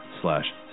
slash